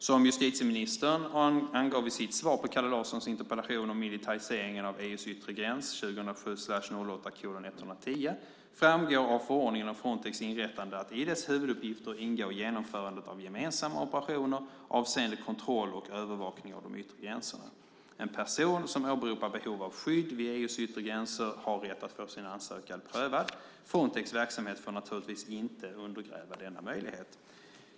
Som justitieministern angav i sitt svar på Kalle Larssons interpellation om militariseringen av EU:s yttre gräns, 2007/08:110, framgår av förordningen om Frontex inrättande att i dess huvuduppgifter ingår genomförandet av gemensamma operationer avseende kontroll och övervakning av de yttre gränserna. En person som åberopar behov av skydd vid EU:s yttre gränser har rätt att få sin ansökan prövad. Frontex verksamhet får naturligtvis inte undergräva denna möjlighet.